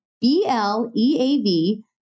B-L-E-A-V